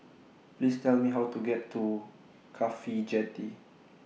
Please Tell Me How to get to Cafhi Jetty